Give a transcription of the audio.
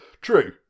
True